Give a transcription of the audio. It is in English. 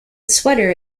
sweater